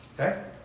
Okay